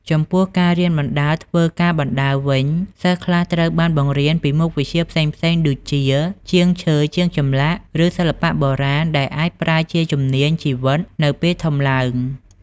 ចំពោះការរៀនបណ្ដើរធ្វើការបណ្ដើរវិញ សិស្សខ្លះត្រូវបានបង្រៀនពីមុខវិជ្ជាផ្សេងៗដូចជាជាងឈើ ជាងចម្លាក់ឬសិល្បៈបុរាណដែលអាចប្រើជាជំនាញជីវិតនៅពេលធំឡើង។